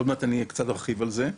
עוד מעט אני קצת ארחיב על זה.